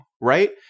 right